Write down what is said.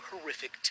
horrific